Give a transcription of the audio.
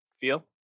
feel